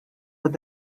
with